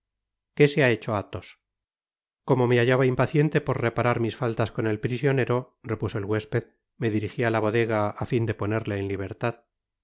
qué se ha hecho a thos como me hallaba impaciente por reparar mis faltas con el prisionero repuso el huésped me diriji á la bodega á fin de ponerle en libertad